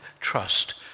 trust